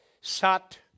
sat